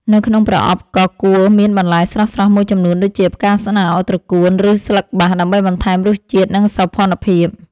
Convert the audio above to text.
នៅក្នុងប្រអប់ក៏គួរមានបន្លែស្រស់ៗមួយចំនួនដូចជា ផ្កាស្នោ ត្រកួន ឬស្លឹកបាស ដើម្បីបន្ថែមរសជាតិ និងសោភ័ណភាព។